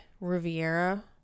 Riviera